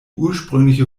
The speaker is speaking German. ursprüngliche